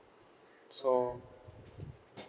so